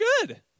good